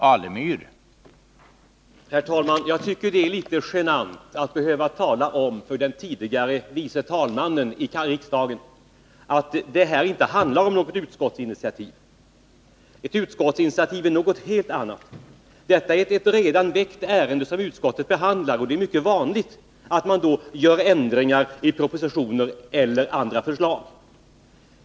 Herr talman! Det är litet genant att för den tidigare vice talmannen i riksdagen behöva tala om att det här inte handlar om något utskottsinitiativ. Ett utskottsinitiativ är något helt annat. Detta är ett redan väckt ärende som utskottet behandlar, och det är mycket vanligt att man då förordar ändringar beträffande propositioner eller andra förslag.